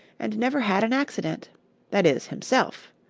and never had an accident that is, himself.